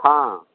हँ